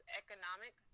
economic